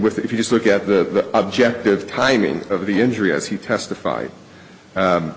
with if you just look at the objective timing of the injury as he testified